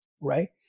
right